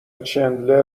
چندلر